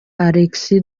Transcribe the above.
alex